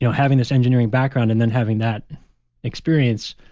you know having this engineering background and then having that experience,